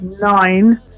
nine